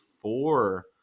four